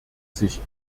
sich